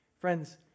Friends